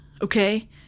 Okay